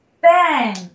bang